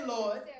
Lord